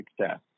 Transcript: success